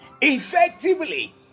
Effectively